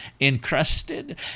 encrusted